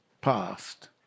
passed